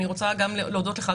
אני רוצה גם להודות לך,